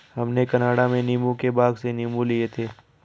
हमने कनाडा में नींबू के बाग से नींबू लिए थे